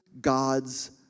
God's